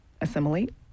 assimilate